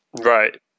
Right